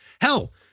hell